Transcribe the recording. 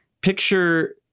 picture-